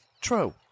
True